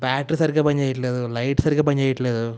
battery సరిగ్గా పని చెయ్యలేదు లైట్ సరిగ్గా పని చెయ్యలేదు